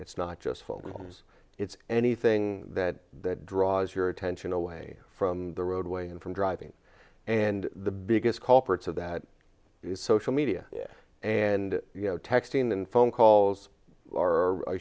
it's not just phone calls it's anything that draws your attention away from the roadway and from driving and the biggest culprits of that is social media and you know texting and phone calls are a